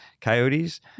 Coyotes